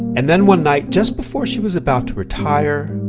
and then one night, just before she was about to retire,